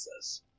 says